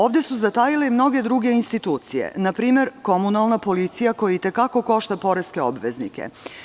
Ovde su zatajile mnoge druge institucije, npr. komunalna policija, koja i te kako košta poreske obveznike.